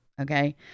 okay